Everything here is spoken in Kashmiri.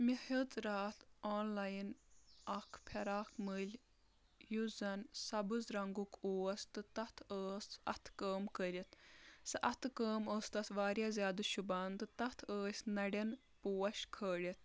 مےٚ ہیٚژ راتھ آن لاین اکھ فراک مٔلۍ یُس زَن سبٕز رنٛگُک اوس تہٕ تَتھ ٲس اَتھٕ کٲم کٔرِتھ سُہ اَتھٕ کٲم ٲس تتھ واریاہ زیادٕ شوٗبان تہٕ تَتھ ٲسۍ نرؠن پوش کھٲلِتھ